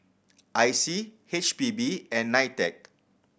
I C H P B and NITEC